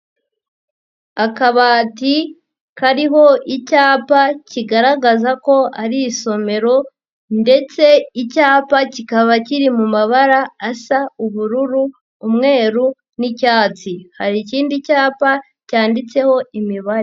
Akabati kariho icyapa kigaragaza ko ari isomero ndetse icyapa kikaba kiri mu mabara asa ubururu, umweru n'icyatsi, hari ikindi cyapa cyanditseho imibare.